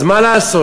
אז מה לעשות,